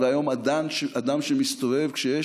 והיום אדם שמסתובב כשיש